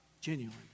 genuine